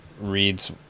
reads